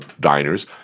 diners